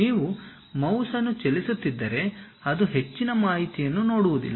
ನೀವು ಮೌಸ್ ಅನ್ನು ಚಲಿಸುತ್ತಿದ್ದರೆ ಅದು ಹೆಚ್ಚಿನ ಮಾಹಿತಿಯನ್ನು ನೋಡುವುದಿಲ್ಲ